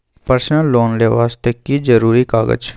Personal loan ले वास्ते की जरुरी कागज?